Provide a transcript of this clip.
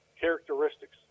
characteristics